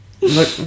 Look